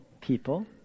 people